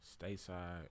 Stateside